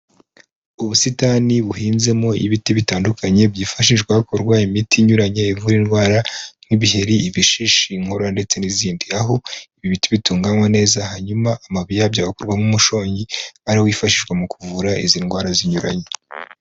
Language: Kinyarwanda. Ubusitani buhinzemo ibiti bitandukanye byifashishwa hakorwa imiti inyuranye ivura indwara nk'ibiheri, ibishishi, inkorora ndetse n'izindi aho ibi biti bitunganywa neza hanyuma amabi yabyo agakurwamo umushongi ariwo wifashishwa mu kuvura izi ndwara zinyuranye.